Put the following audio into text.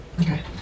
Okay